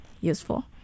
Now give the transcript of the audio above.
useful